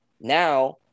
now